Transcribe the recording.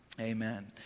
amen